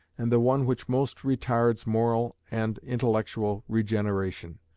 and the one which most retards moral and intellectual regeneration.